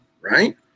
right